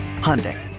Hyundai